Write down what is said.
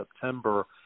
September